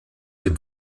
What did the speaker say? dem